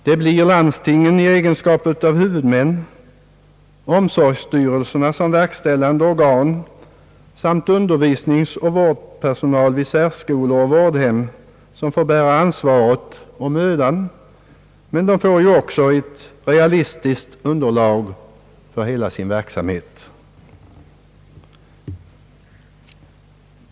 Det blir landstingen i egenskap av huvudmän, omsorgsstyrelserna såsom verkställande organ samt undervisningsoch vårdpersonal vid särskolor och vårdhem, som får bära ansvaret och mödan. De får dock också ett realistiskt underlag för hela sin verksamhet.